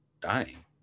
dying